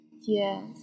Yes